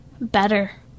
better